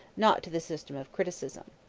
not to the system of criticism.